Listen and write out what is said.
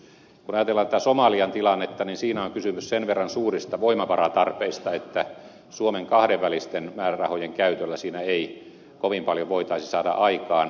kun ajatellaan tätä somalian tilannetta niin siinä on kysymys sen verran suurista voimavaratarpeista että suomen kahdenvälisten määrärahojen käytöllä siinä ei kovin paljon voitaisi saada aikaan